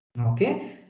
Okay